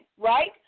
right